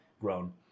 grown